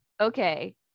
Okay